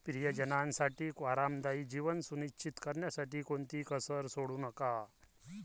प्रियजनांसाठी आरामदायी जीवन सुनिश्चित करण्यात कोणतीही कसर सोडू नका